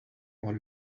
more